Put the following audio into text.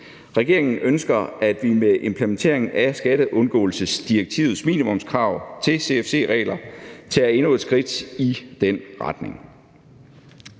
Regeringen ønsker, at vi med implementeringen af skatteundgåelsesdirektivets minimumskrav til CFC-regler tager endnu et skridt i den retning.